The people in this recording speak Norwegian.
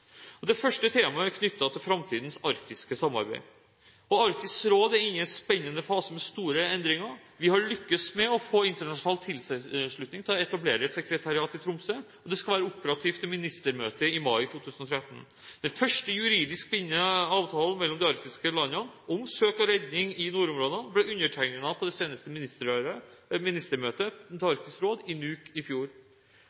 det gjelder den norske delegasjonens posisjon. Det første temaet er knyttet til framtidens arktiske samarbeid. Arktisk råd er inne i en spennende fase med store endringer. Vi har lyktes med å få internasjonal tilslutning til å etablere et sekretariat i Tromsø. Det skal være operativt til ministermøtet i mai 2013. Den første juridisk bindende avtalen mellom de arktiske landene, om søk og redning i nordområdene, ble undertegnet på det seneste